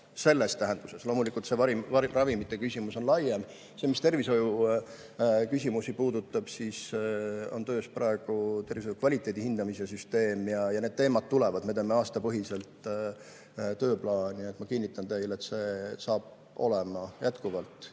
selles tähenduses. Loomulikult see ravimite küsimus on laiem. Mis tervishoiuküsimusi puudutab, siis on töös praegu tervishoiu kvaliteedi hindamise süsteem. Need teemad tulevad. Me teeme aastapõhiselt tööplaani. Ma kinnitan teile, et see saab olema jätkuvalt,